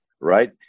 right